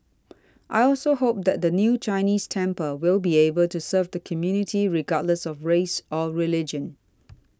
I also hope that the new Chinese temple will be able to serve the community regardless of race or religion